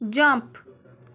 jump